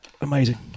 amazing